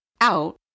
out